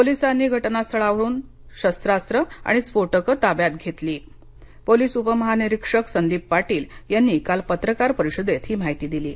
पोलिसांनी घटनास्थळावरुन शस्त्रास्त्र आणि स्फोटकं ताब्यात घेतली पोलीस उपमहा निरीक्षक संदीप पाटील यांनी काळ पत्रकार परिषदेत हि माहिती दिली अ